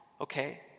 Okay